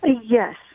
Yes